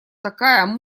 такая